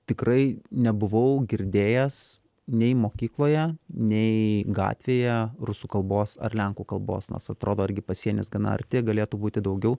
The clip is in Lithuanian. tikrai nebuvau girdėjęs nei mokykloje nei gatvėje rusų kalbos ar lenkų kalbos nors atrodo irgi pasienis gana arti galėtų būti daugiau